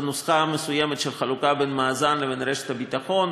בנוסחה המסוימת של חלוקה בין מאזן לבין רשת ביטחון.